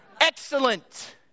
excellent